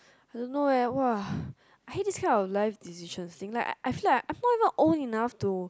don't know leh !wow! I had this kind of life decision I feel like I not old enough to